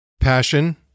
passion